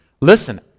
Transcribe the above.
Listen